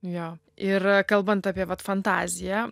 jo ir kalbant apie vat fantaziją